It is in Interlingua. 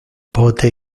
pote